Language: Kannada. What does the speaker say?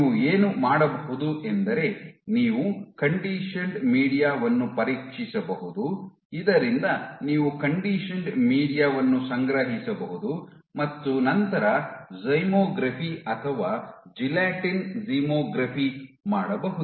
ನೀವು ಏನು ಮಾಡಬಹುದು ಎಂದರೆ ನೀವು ಕಂಡಿಷನ್ಡ್ ಮೀಡಿಯಾ ವನ್ನು ಪರೀಕ್ಷಿಸಬಹುದು ಇದರಿಂದ ನೀವು ಕಂಡಿಷನ್ಡ್ ಮೀಡಿಯಾ ವನ್ನು ಸಂಗ್ರಹಿಸಬಹುದು ಮತ್ತು ನಂತರ ಝಿಮೋಗ್ರಫಿ ಅಥವಾ ಜೆಲಾಟಿನ್ ಝಿಮೋಗ್ರಫಿ ಮಾಡಬಹುದು